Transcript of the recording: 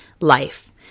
life